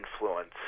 influence